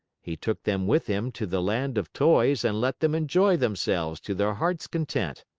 he took them with him to the land of toys and let them enjoy themselves to their heart's content.